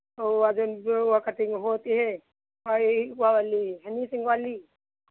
और वा देन जौ वा कटिंग होत है अये वा वाली हनी सिंह वाली